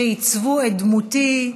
שעיצבו את דמותי,